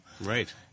Right